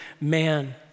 man